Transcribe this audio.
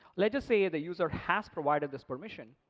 let us say the user has provided this permission.